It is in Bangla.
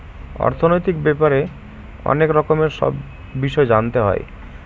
অর্থনৈতিক ব্যাপারে অনেক রকমের সব বিষয় জানতে হয়